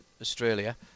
australia